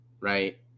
right